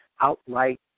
outright